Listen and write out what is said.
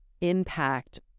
impact